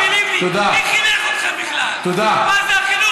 לא קורא אותו